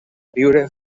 viure